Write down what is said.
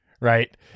right